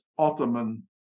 Ottoman